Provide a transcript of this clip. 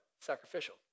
sacrificial